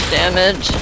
damage